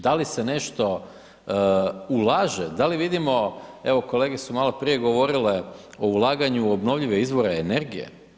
D ali se nešto ulaže, da li vidimo, evo kolege su maloprije govorile o ulaganju obnovljive izbore energije.